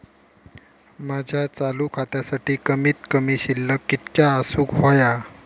माझ्या चालू खात्यासाठी कमित कमी शिल्लक कितक्या असूक होया?